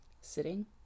sitting